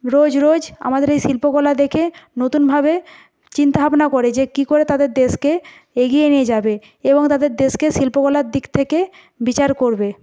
রোজ রোজ আমাদের এই শিল্পকলা দেখে নতুনভাবে চিন্তাভাবনা করে যে কী করে তাদের দেশকে এগিয়ে নিয়ে যাবে এবং তাদের দেশকে শিল্পকলার দিক থেকে বিচার করবে